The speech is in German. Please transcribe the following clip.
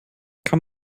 kann